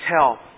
tell